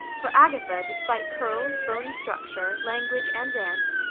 for agatha, despite curls, bony structure, language, and dance,